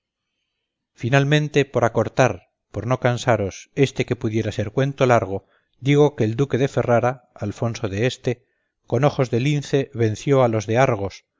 finalmente por acortar por no cansaros éste que pudiera ser cuento largo digo que el duque de ferrara alfonso de este con ojos de lince venció a los de argos